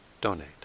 donate